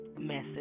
message